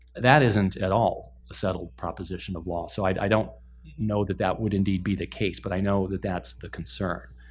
that isn't at all a settled proposition of law, so i don't know that that would indeed be the case, but i know that that's the concern.